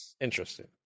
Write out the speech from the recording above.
Interesting